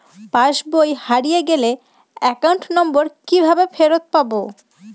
পাসবই হারিয়ে গেলে account number কিভাবে ফেরত পাব?